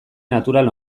natural